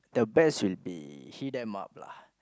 the best will be heal them up lah